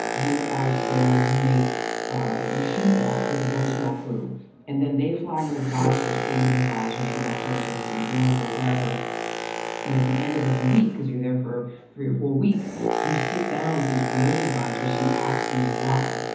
when you're out there, you make you shoot that with a very small crew and then they fly and advisers, creative advisors from los angeles and york or wherever. and at the end of every week, because you're there for three or four weeks, you sit down with these creative advisors who ask you why?